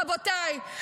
רבותיי,